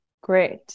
Great